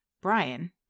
Brian